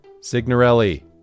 signorelli